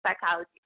psychology